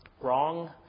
Wrong